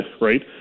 right